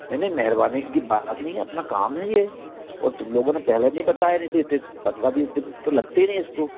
नहीं नहीं मेहरबानी की बात नहीं है अपना काम है ये और तुम लोगों ने पहले नहीं बताया नहीं तो इतने पन्द्रह बीस दिन तो लगते ही नहीं इसको